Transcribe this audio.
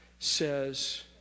says